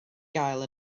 gael